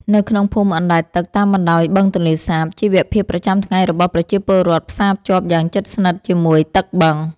នៅក្នុងភូមិអណ្តែតទឹកតាមបណ្តោយបឹងទន្លេសាប ជីវភាពប្រចាំថ្ងៃរបស់ប្រជាពលរដ្ឋផ្សារភ្ជាប់យ៉ាងជិតស្និទ្ធជាមួយទឹកបឹង។